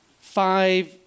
five